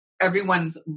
everyone's